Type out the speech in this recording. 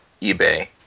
eBay